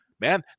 Man